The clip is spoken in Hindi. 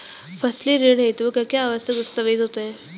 फसली ऋण हेतु क्या क्या आवश्यक दस्तावेज़ होते हैं?